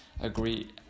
agree